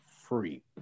free